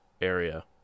area